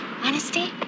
Honesty